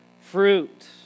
fruit